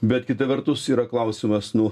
bet kita vertus yra klausimas nu